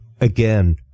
Again